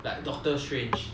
like doctor strange